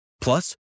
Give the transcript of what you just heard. Plus